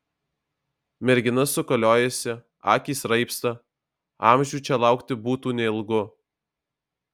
mergina sukaliojasi akys raibsta amžių čia laukti būtų neilgu